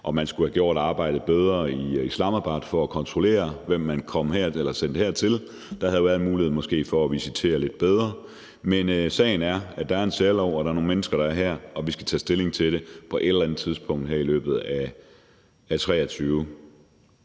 om man skulle have gjort arbejdet bedre i Islamabad for at kontrollere, hvem man sendte hertil. Der havde måske været en mulighed for at visitere lidt bedre, men sagen er, at der er en særlov, og at der er nogle mennesker her, og at vi skal tage stilling til det på et eller andet tidspunkt her i løbet af 2023.